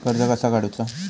कर्ज कसा काडूचा?